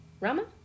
rama